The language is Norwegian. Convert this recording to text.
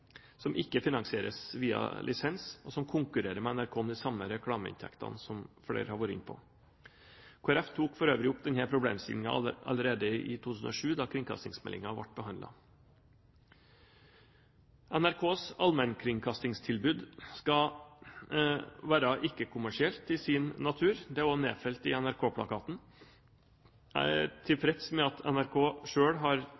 som ikke finansieres via lisens, og som konkurrerer med NRK om de samme reklameinntektene, som flere har vært inne på. Kristelig Folkeparti tok for øvrig opp denne problemstillingen allerede i 2007, da kringkastingsmeldingen ble behandlet. NRKs allmennkringkastingstilbud skal være ikke-kommersielt i sin natur – det er jo nedfelt i NRK-plakaten. Jeg er tilfreds med at NRK selv har